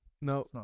No